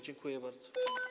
Dziękuję bardzo.